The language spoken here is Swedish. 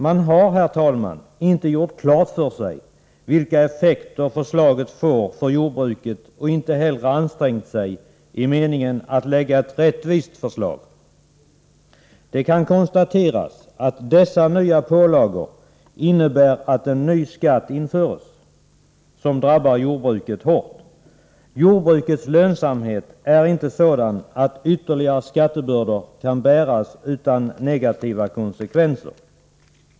Man har, herr talman, inte gjort klart för sig vilken effekt förslaget får för jordbruket och inte heller ansträngt sig för att framlägga ett rättvist förslag. Det kan konstateras att dessa nya pålagor innebär att en ny skatt införs, som drabbar jordbruket hårt. Jordbrukets lönsamhet är inte sådan att ytterligare skattebördor kan bäras utan negativa konsekvenser.